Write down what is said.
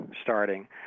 starting